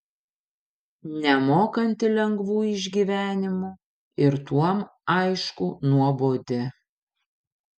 nemokanti lengvų išgyvenimų ir tuom aišku nuobodi